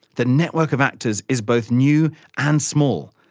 the network of actors is both new and small,